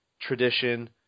tradition